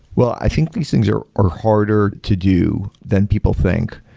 will i think these things are are harder to do than people think.